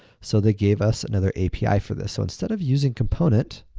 so they gave us another api for this, so instead of using component,